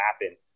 happen